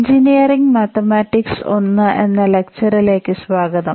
engineering mathematics I എന്ന ലെക്ചറിലേക്ക് സ്വാഗതം